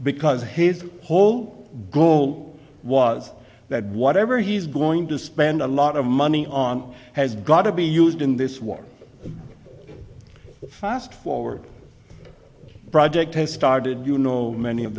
because his whole goal was that whatever he's going to spend a lot of money on has got to be used in this war fastforward project has started you know many of